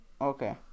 Okay